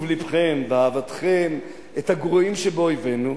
בזכות טוב לבכם ואהבתכם את הגרועים שבאויבינו,